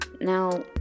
Now